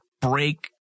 break